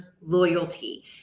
loyalty